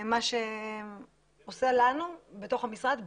מה שעושה לנו בתוך המשרד,